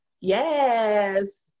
Yes